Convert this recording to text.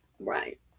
Right